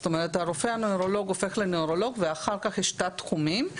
הרופא הנוירולוג הופך לנוירולוג ואחר כך יש תת תחומים,